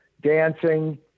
dancing